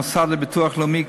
חבר הכנסת ליצמן, בבקשה.